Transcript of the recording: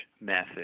method